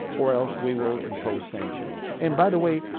or else we will impose sanctions. and by the way,